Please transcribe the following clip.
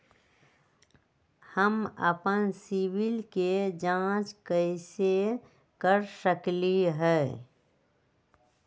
हम अपन सिबिल के जाँच कइसे कर सकली ह?